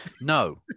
No